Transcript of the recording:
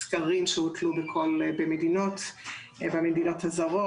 סגרים שהוטלו במדינות והמדינות הזרות.